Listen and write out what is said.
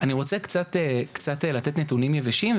רוצה קצת לתת נתונים יבשים,